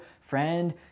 friend